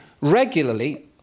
regularly